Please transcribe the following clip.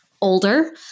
older